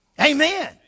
Amen